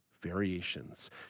Variations